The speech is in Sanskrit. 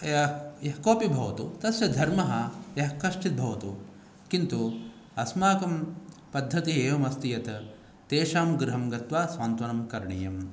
यः यः कोऽपि भवतु तस्य धर्मः यः कश्चित् भवतु किन्तु अस्माकं पद्धतिः एवम् अस्ति यत् तेषां गृहं गत्वा सान्त्वनं करणीयं